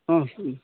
অঁ